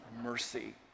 mercy